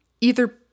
either-